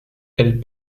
elle